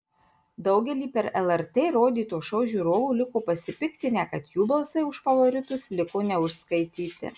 daugelį per lrt rodyto šou žiūrovų liko pasipiktinę kad jų balsai už favoritus liko neužskaityti